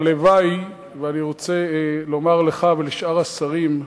והלוואי, ואני רוצה לומר לך ולשאר השרים,